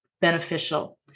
beneficial